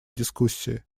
дискуссии